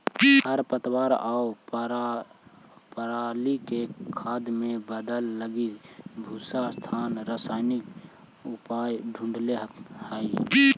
खरपतवार आउ पराली के खाद में बदले लगी पूसा संस्थान रसायनिक उपाय ढूँढ़ले हइ